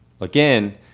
again